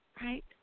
Right